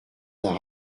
d’un